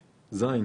(ז)